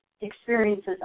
experiences